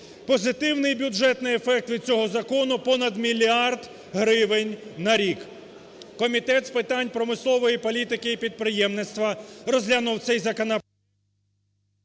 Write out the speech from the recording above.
Позитивний бюджетний ефект від цього закону – понад мільярд гривень на рік. Комітет з питань промислової політики і підприємництва розглянув цей… ГОЛОВУЮЧИЙ.